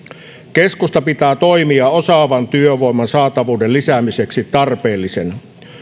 keskusta pitää toimia osaavan työvoiman saatavuuden lisäämiseksi tarpeellisina